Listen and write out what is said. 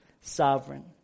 sovereign